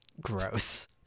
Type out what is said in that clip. Gross